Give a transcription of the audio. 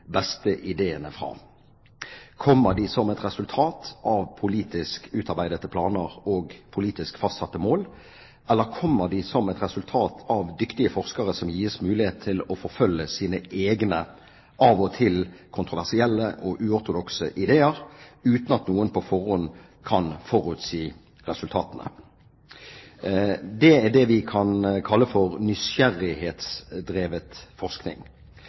beste ideene fra? Kommer de som et resultat av politisk utarbeidede planer og politisk fastsatte mål, eller kommer de som et resultat av dyktige forskere som gis mulighet til å forfølge sine egne av og til kontroversielle og uortodokse ideer uten at noen på forhånd kan forutsi resultatene? Det er det vi kan kalle nysgjerrighetsdrevet forskning. Nysgjerrighetsdrevet forskning